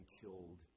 killed